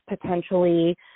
potentially